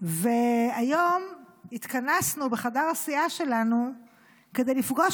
והיום התכנסנו בחדר הסיעה שלנו כדי לפגוש